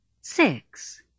Six